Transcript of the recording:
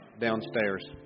downstairs